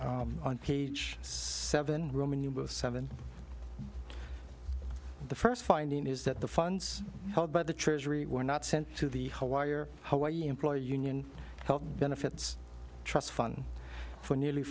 on page seven seven the first finding is that the funds held by the treasury were not sent to the hawaii or hawaii employer union health benefits trust fund for nearly